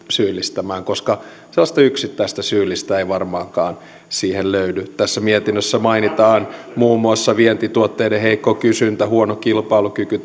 syyllistämään koska sellaista yksittäistä syyllistä ei varmaankaan siihen löydy tässä mietinnössä mainitaan muun muassa vientituotteiden heikko kysyntä huono kilpailukyky